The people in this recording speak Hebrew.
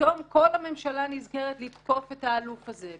פתאום כל הממשלה נזכרת לתקוף את האלוף הזה.